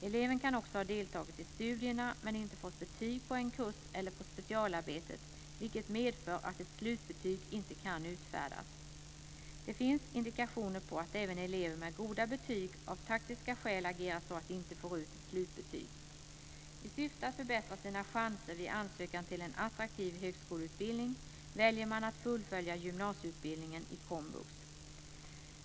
Eleven kan också ha deltagit i studierna men inte fått betyg på en kurs eller på specialarbetet, vilket medför att ett slutbetyg inte kan utfärdas. Det finns indikationer på att även elever med goda betyg av taktiska skäl agerar så att de inte får ut ett slutbetyg. I syfte att förbättra sina chanser vid ansökan till en attraktiv högskoleutbildning väljer man att fullfölja gymnasieutbildningen i komvux.